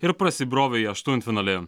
ir prasibrovė į aštuntfinalį